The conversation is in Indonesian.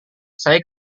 saya